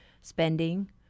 spending